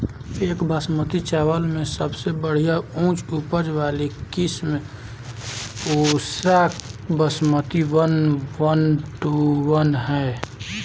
एक बासमती चावल में सबसे बढ़िया उच्च उपज वाली किस्म Pusa basmati one one two one ह?